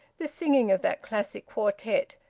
the singing of that classic quartet,